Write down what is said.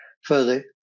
further